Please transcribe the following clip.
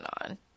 on